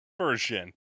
version